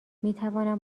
میتوانم